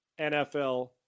NFL